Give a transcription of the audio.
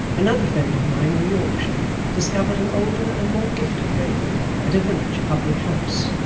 another friend of mine in yorkshire discovered an older and more gifted raven at a village public-house,